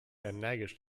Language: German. energisch